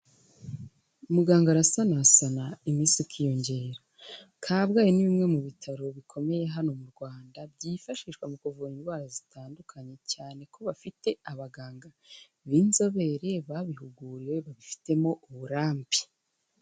Muganga arasanasana iminsi ikiyongera, Kabgayi ni bimwe mu bitaro bikomeye hano mu Rwanda byifashishwa mu kuvura indwara zitandukanye, cyane ko bafite abaganga b'inzobere babihuguriwe babifitemo uburambe.